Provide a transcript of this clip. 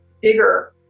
bigger